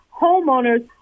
homeowner's